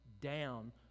down